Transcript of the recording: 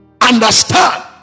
understand